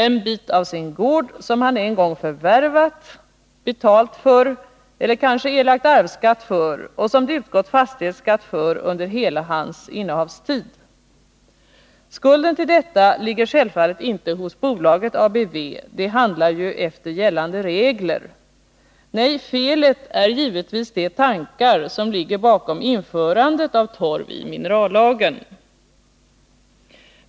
En bit av sin gård som han en gång förvärvat, betalat för eller erlagt arvsskatt för och som det utgått fastighetsskatt för under hela hans innehavstid. Skulden till detta ligger självfallet inte hos bolaget ABV, det handlar ju efter gällande regler. Nej, felet är givetvis de tankar som ligger bakom införandet av torv i minerallagen.